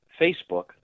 facebook